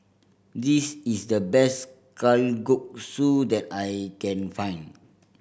this is the best Kalguksu that I can find